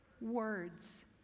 words